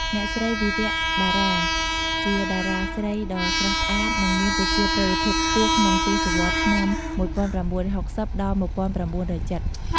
អ្នកស្រី វិរៈ ដារ៉ាជាតារាស្រីដ៏ស្រស់ស្អាត និងមានប្រជាប្រិយភាពខ្ពស់ក្នុងទសវត្សរ៍ឆ្នាំ ១៩៦០ និង ១៩៧០។